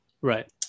Right